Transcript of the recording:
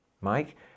Mike